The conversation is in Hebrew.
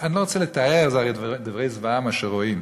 אני לא רוצה לתאר, זה הרי דברי זוועה, מה שרואים.